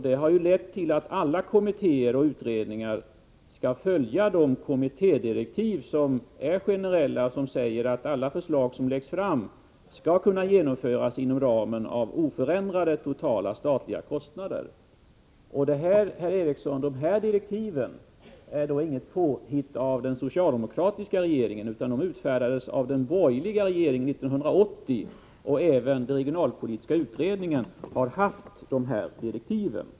Det har lett till att alla kommittéer och utredningar skall följa de kommittédirektiv som är generella och som säger att alla förslag som läggs fram skall kunna genomföras inom ramen av oförändrade totala statliga kostnader. Och de direktiven är inget påhitt av den socialdemokratiska regeringen, utan de utfärdades av den borgerliga regeringen 1980. Även regionalpolitiska utredningen har haft att arbeta efter de direktiven.